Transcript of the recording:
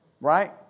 right